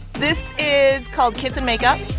this is called kiss and make up.